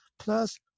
plus